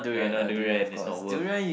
no not durian is not worth